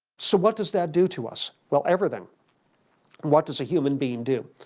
so what does that do to us? well, everything what does a human being do?